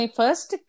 first